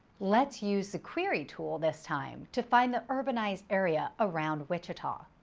let's use the query tool this time to find the urbanized area around wichita.